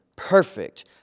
perfect